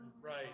right